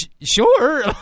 sure